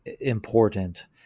important